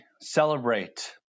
celebrate